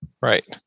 Right